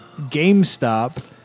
GameStop